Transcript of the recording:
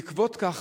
בעקבות כך,